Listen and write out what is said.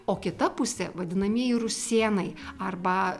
o kita pusė vadinamieji rusėnai arba